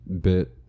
Bit